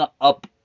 up